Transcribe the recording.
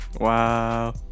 Wow